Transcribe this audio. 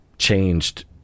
Changed